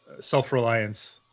self-reliance